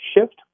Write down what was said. shift